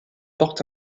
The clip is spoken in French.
porte